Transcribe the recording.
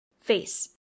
face